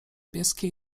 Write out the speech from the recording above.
bieskie